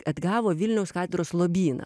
atgavo vilniaus katedros lobyną